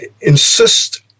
insist